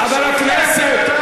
חבר הכנסת.